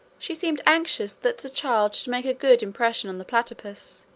she seemed anxious that the child should make a good impression on the platypus,